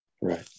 Right